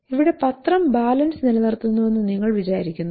ഇവിടെ പത്രം ബാലൻസ് നിലനിർത്തുന്നുവെന്ന് നിങ്ങൾ വിചാരിക്കുന്നു